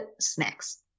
snacks